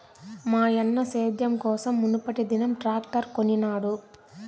మాయన్న సేద్యం కోసం మునుపటిదినం ట్రాక్టర్ కొనినాడు